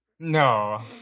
No